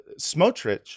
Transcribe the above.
Smotrich